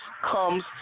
comes